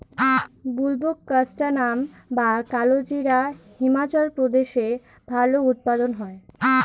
বুলবোকাস্ট্যানাম বা কালোজিরা হিমাচল প্রদেশে ভালো উৎপাদন হয়